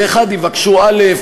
באחד יבקשו א',